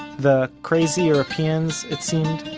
the crazy europeans, it seemed,